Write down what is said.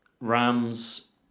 rams